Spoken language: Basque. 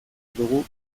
dugu